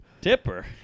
Tipper